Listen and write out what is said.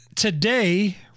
Today